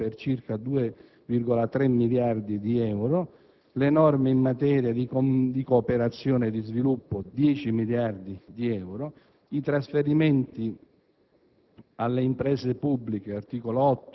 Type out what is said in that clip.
sblocca le somme della legge n. 488 per circa 2,3 miliardi di euro; le norme in materia di cooperazione e di sviluppo (10 miliardi di euro), i trasferimenti